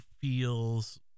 feels